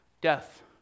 Death